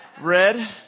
Red